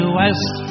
west